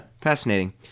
Fascinating